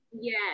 Yes